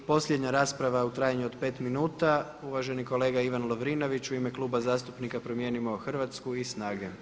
I posljednja rasprava u trajanju od pet minuta, uvaženi kolega Ivan Lovrinović u ime Kluba zastupnika „Promijenimo Hrvatsku“ i „Snage“